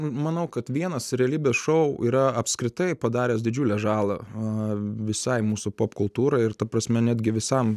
manau kad vienas realybės šou yra apskritai padaręs didžiulę žalą visai mūsų popkultūrai ir ta prasme netgi visam